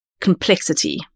complexity